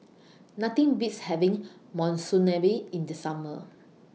Nothing Beats having Monsunabe in The Summer